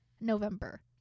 November